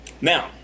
Now